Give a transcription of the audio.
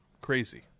crazy